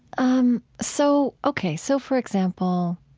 um, so, ok. so for example,